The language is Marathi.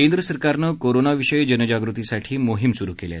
केंद्र सरकारनं कोरोनाविषयी जागृतीसाठी मोहीम सुरु केली आहे